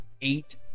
eight